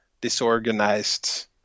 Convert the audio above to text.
disorganized